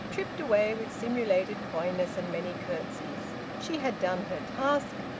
tripped away, with simulated coyness and many curtseys. she had done her task,